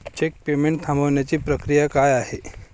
Check payment थांबवण्याची प्रक्रिया काय आहे?